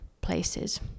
places